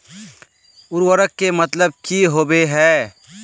उर्वरक के मतलब की होबे है?